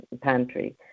pantry